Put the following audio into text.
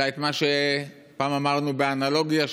אלא את מה שפעם אמרנו באנלוגיה,